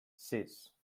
sis